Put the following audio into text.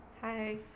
hi